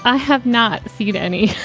ah have not seen any.